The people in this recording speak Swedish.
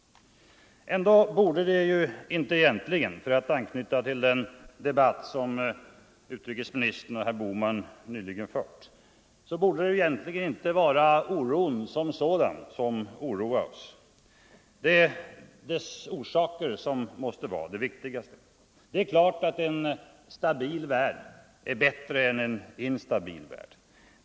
Ändå borde det egentligen inte — för att anknyta till den debatt som utrikesministern och herr Bohman nyss fört — vara oron som sådan som oroar oss. Det är dess orsaker som måste vara det viktigaste. Det är klart att en stabil värld är bättre än en instabil värld.